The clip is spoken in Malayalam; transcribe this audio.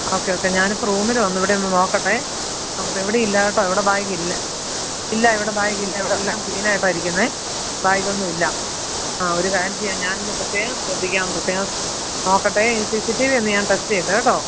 ഓക്കേ ഓക്കേ ഞാനിപ്പോൾ റൂമിലു വന്നു ഇവിടെയൊന്ന് നോക്കട്ടെ നോക്കട്ടെ ഇവിടെ ഇല്ല കേട്ടോ ഇവിടെ ബാഗില്ല ഇല്ല ഇവിടെ ബാഗില്ലാ ഇവിടെല്ലാം ക്ലീനായിട്ടാ ഇരിക്കുന്നത് ബായ്ഗൊന്നും ഇല്ല ആ ഒരു കാര്യം ചെയ്യാം ഞാനൊന്നു പ്രത്യേകം ശ്രദ്ധിക്കാം പ്രത്യേകം നോക്കട്ടെ ഈ സി സി ടി വി ഒന്ന് ഞാൻ ടെസ്റ്റ് ചെയ്യട്ടെ കേട്ടോ